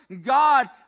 God